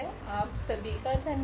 आप सभी का धन्यवाद